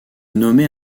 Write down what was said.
nommé